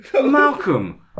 Malcolm